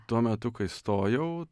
tuo metu kai stojau